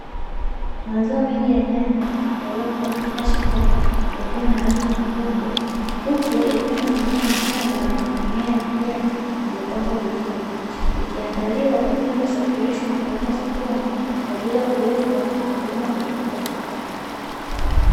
Mazao mengi ya nyanya yaliyovunwa kutoka shambani yakiwa na rangi nyekundu, huku yakiwa yamezungukwa na shamba lenye mimea ya kijani iliyopangwa vizuri ikiandaliwa kwa ajili ya kusafirishwa na kupelekwa sokoni kwa ajili ya kuuzwa na wakulima kujipatia kipato.